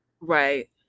right